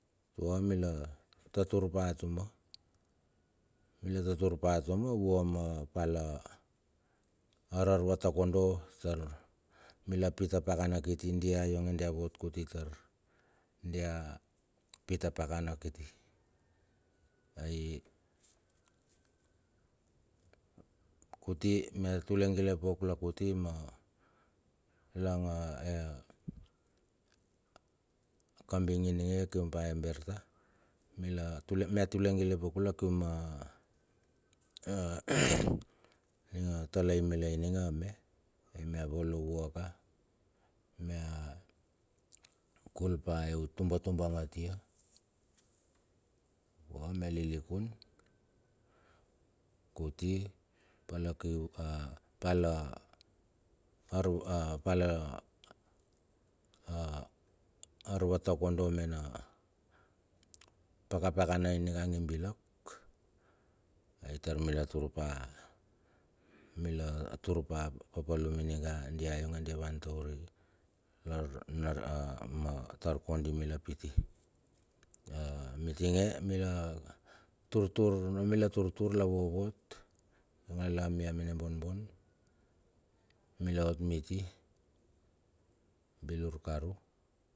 Vua mila tatur pa atuma, vua ma pala arar arva konodo tar mila pit a pakana kiti dia yonge dia vot kuti tar dia pita pakana kiti. Ai kuti mia tule gile pauk la kuti ma lang a, e, kabing ininge kiung pa e berta mila tule, mia tule gile pauk la kium a a, ninga talai mila ininge a me. Ai mea volo vuaka mia kulpa eut tubatubang ati, vua mia lilikun kuti pala kiu a pal a ar a pal a, arvatakodo mena pakapakana niga ing bilak ai tar mila turpa, mila turpa a papalum ninga dia yonge dia van taur ie. Lar a ma tar kondi mila piti. A mitinge mila turtur mila turtur la vovot lia mia menebonbon, mila ot miti bilur karu.